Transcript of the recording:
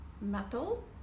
metal